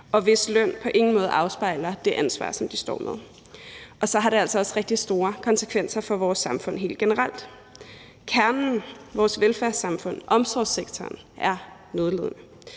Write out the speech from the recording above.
og hvis løn på ingen måde afspejler det ansvar, som de står med. Og så har det altså også rigtig store konsekvenser for vores samfund helt generelt. Kernen i vores velfærdssamfund, omsorgssektoren, er nødlidende,